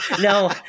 no